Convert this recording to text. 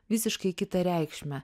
visiškai kitą reikšmę